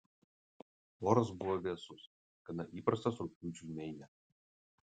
oras buvo vėsus gana įprastas rugpjūčiui meine